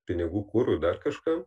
pinigų kurui dar kažkam